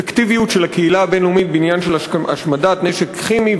אפקטיביות של הקהילה הבין-לאומית בעניין של השמדת נשק כימי,